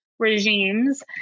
Regimes